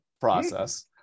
process